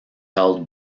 held